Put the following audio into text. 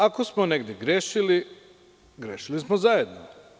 Ako smo negde grešili, grešili smo zajedno.